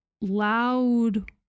loud